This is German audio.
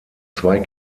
zwei